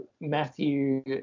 matthew